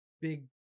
big